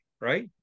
right